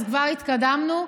כבר התקדמנו,